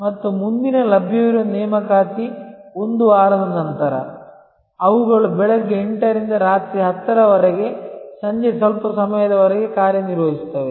ಮತ್ತು ಮುಂದಿನ ಲಭ್ಯವಿರುವ ನೇಮಕಾತಿ 1 ವಾರದ ನಂತರ ಅವುಗಳು ಬೆಳಿಗ್ಗೆ 8 ರಿಂದ ರಾತ್ರಿ 10 ರವರೆಗೆ ಸಂಜೆ ಸ್ವಲ್ಪ ಸಮಯದವರೆಗೆ ಕಾರ್ಯನಿರ್ವಹಿಸುತ್ತವೆ